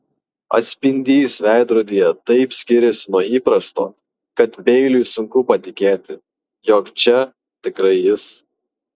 atspindys veidrodyje taip skiriasi nuo įprasto kad beiliui sunku patikėti jog čia tikrai jis